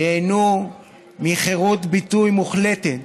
ייהנו מחירות ביטוי מוחלטת,